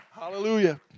Hallelujah